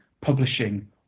publishing